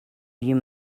you